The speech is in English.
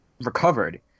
recovered